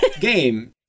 game